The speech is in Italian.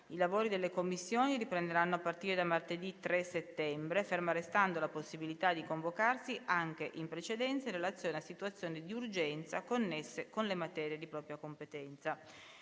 i lavori delle Commissioni riprenderanno a partire da martedì 3 settembre, ferma restando la possibilità di convocarsi anche in precedenza in relazione a situazioni di urgenza connesse con le materie di propria competenza.